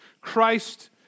Christ